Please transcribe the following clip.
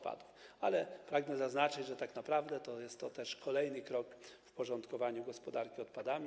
Pragnę zaznaczyć, że tak naprawdę jest to kolejny krok w porządkowaniu gospodarki odpadami.